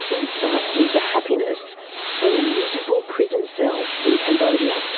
insights into happiness from a miserable prison cell in cambodia,